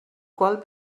qual